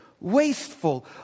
wasteful